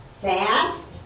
fast